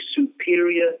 superior